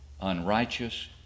Unrighteous